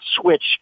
switch